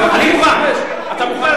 אתה מוכן?